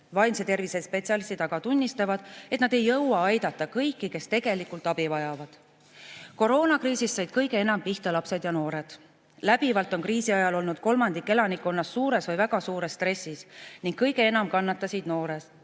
Vaimse tervise spetsialistid aga tunnistavad, et nad ei jõua aidata kõiki, kes tegelikult abi vajavad. Koroonakriisist said kõige enam pihta lapsed ja noored. Läbivalt on kriisi ajal olnud kolmandik elanikkonnast suures või väga suures stressis ning kõige enam kannatasid noored.